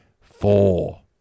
four